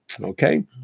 Okay